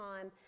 time